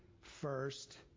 first